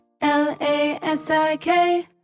L-A-S-I-K